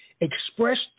expressed